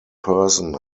person